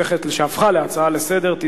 שהפכה להצעה לסדר-היום,